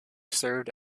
served